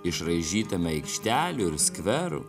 išraižytame aikštelių ir skverų